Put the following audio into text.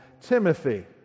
timothy